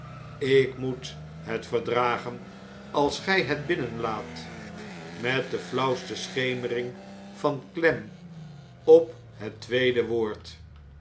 ik moet het verdragen als gij hetbinnealaat met de flauwste schemering van klem op het tweede woord